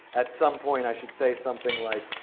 at some point i should say something like,